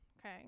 okay